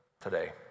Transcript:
today